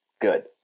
Good